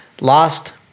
Last